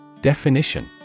Definition